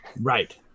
Right